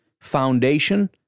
foundation